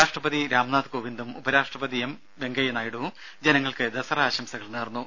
രാഷ്ട്രപതി രാംനാഥ് കോവിന്ദും ഉപരാഷ്ട്രപതി എം വെങ്കയ്യനായിഡുവും ജനങ്ങൾക്ക് ദസറ ആശംസകൾ നേർന്നു